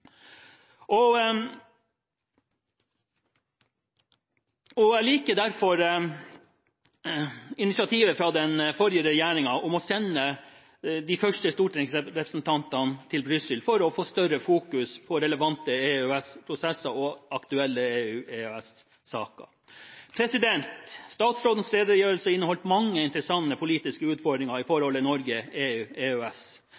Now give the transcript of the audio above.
Jeg likte derfor initiativet fra den forrige regjeringen om å sende de første stortingsrepresentantene til Brussel for å få fokusert mer på relevante EØS-prosesser og aktuelle EU/EØS-saker. Statsrådens redegjørelse inneholdt mange interessante politiske utfordringer i